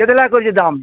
କେତେ ଲେଖାଁ କରିଛେ ଦାମ୍